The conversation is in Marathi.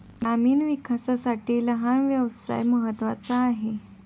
ग्रामीण विकासासाठी लहान व्यवसाय महत्त्वाचा आहे